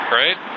right